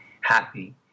happy